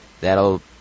that'll